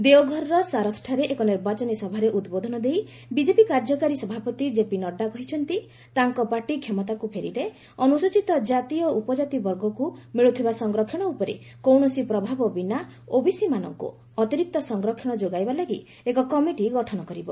ଦେଓଘରର ସାରଥଠାରେ ଏକ ନିର୍ବାଚନ ସଭାରେ ଉଦ୍ବୋଧନ ଦେଇ ବିଜେପି କାର୍ଯ୍ୟକାରୀ ସଭାପତି କେପି ନଡ୍ରା କହିଛନ୍ତି ତାଙ୍କ ପାର୍ଟି କ୍ଷମତାକୁ ଫେରିଲେ ଅନୁସ୍ଚୀତ କାତି ଓ ଉପଜାତି ବର୍ଗକୁ ମିଳୁଥିବା ସଂରକ୍ଷଣ ଉପରେ କୌଣସି ପ୍ରଭାବ ବିନା ଓବିସିମାନଙ୍କୁ ଅତିରିକ୍ତ ସଂରକ୍ଷଣ ଯୋଗାଇବା ଲାଗି ଏକ କମିଟି ଗଠନ କରିବ